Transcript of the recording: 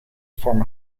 form